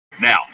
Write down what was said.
Now